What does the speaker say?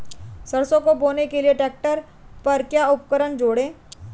सरसों को बोने के लिये ट्रैक्टर पर क्या उपकरण जोड़ें?